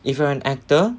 if you are an actor